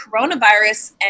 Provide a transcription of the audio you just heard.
coronavirus